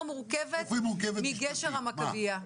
מורכבת מאשר אסון קריסת גשר המכבייה?